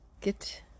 get